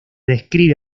describe